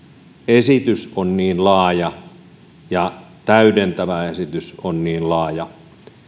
esitys on niin laaja ja täydentävä esitys on niin laaja